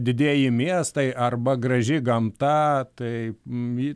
didieji miestai arba graži gamta tai ji